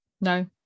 No